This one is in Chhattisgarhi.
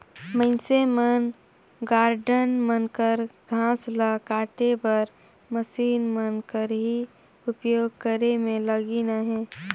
मइनसे मन गारडन मन कर घांस ल काटे बर मसीन मन कर ही उपियोग करे में लगिल अहें